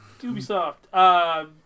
Ubisoft